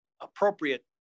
appropriate